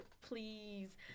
Please